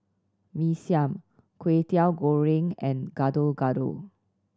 Mee Siam Kway Teow Goreng and Gado Gado